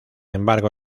embargo